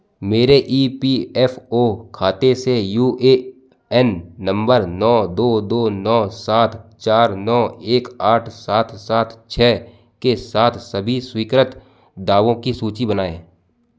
मेरे E P F O खाते से यू ए एन नंबर नौ दो दो नौ सात चार नौ एक आह सात सात छ के साथ सभी स्वीकृत दावों की सूची बनाएँ